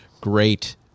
great